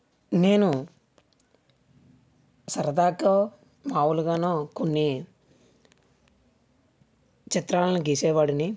పిల్లలు ఎంతో స్తుతిమెత్తంగా ఉంటారు వారిని మనం చాలా జాగ్రత్తగా చూసుకోవాలి